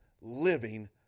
living